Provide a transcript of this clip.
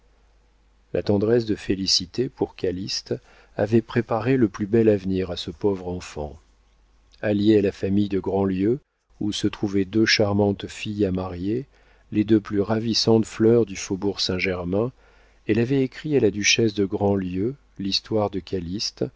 la tendresse de félicité pour calyste avait préparé le plus bel avenir à ce pauvre enfant alliée à la famille de grandlieu où se trouvaient deux charmantes filles à marier les deux plus ravissantes fleurs du faubourg saint-germain elle avait écrit à la duchesse de grandlieu l'histoire de